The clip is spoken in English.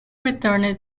returned